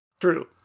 True